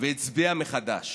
והצביעה מחדש.